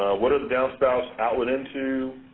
what do the downspouts outlet into?